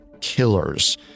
killers